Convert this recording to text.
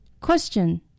Question